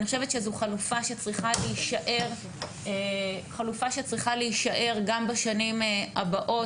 אני חושבת שזו חלופה שצריכה להישאר גם בשנים הבאות